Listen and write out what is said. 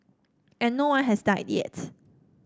and no one has died yet